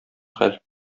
хәл